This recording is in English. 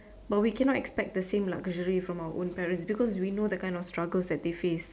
but we cannot expect the same luxury from our own parents because we know the kind of struggles that they face